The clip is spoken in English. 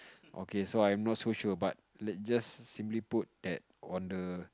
okay so I'm not so sure but let just simply put at on the